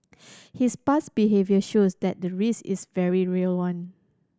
his past behaviour shows that the risk is a very real one